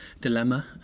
dilemma